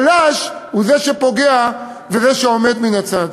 חלש הוא זה שפוגע וזה שעומד מן הצד.